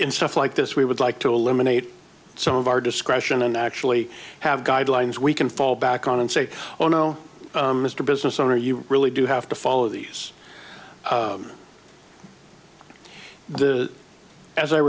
in stuff like this we would like to eliminate some of our discretion and actually have guidelines we can fall back on and say oh no mr business owner you really do have to follow these the as i